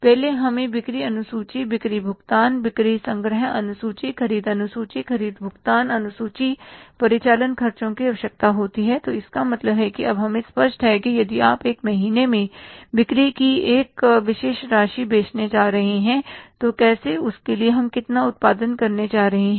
पहले हमें बिक्री अनुसूची बिक्री भुगतान बिक्री संग्रह अनुसूची ख़रीद अनुसूची ख़रीद भुगतान अनुसूची परिचालन खर्चों की आवश्यकता होती है तो इसका मतलब है कि अब हम स्पष्ट हैं कि यदि आप एक महीने में बिक्री की एक विशेष राशि बेचने जा रहे हैं तो कैसे उसके लिए हम कितना उत्पादन करने जा रहे हैं